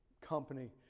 Company